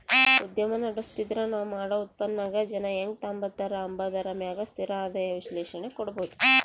ಉದ್ಯಮ ನಡುಸ್ತಿದ್ರ ನಾವ್ ಮಾಡೋ ಉತ್ಪನ್ನಾನ ಜನ ಹೆಂಗ್ ತಾಂಬತಾರ ಅಂಬಾದರ ಮ್ಯಾಗ ಸ್ಥಿರ ಆದಾಯ ವಿಶ್ಲೇಷಣೆ ಕೊಡ್ಬೋದು